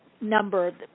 number